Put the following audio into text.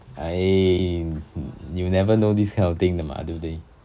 I knew never know this kind of thing 的 mah 对不对